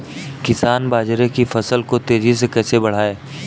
किसान बाजरे की फसल को तेजी से कैसे बढ़ाएँ?